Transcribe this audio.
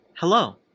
Hello